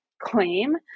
claim